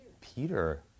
Peter